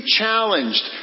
challenged